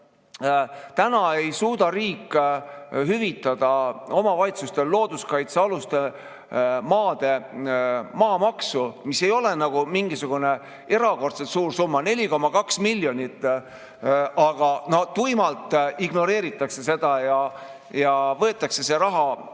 Riik ei suuda hüvitada omavalitsustele looduskaitsealuste maade maamaksu. See ei ole mingisugune erakordselt suur summa – 4,2 miljonit. Aga no tuimalt ignoreeritakse seda ja võetakse see raha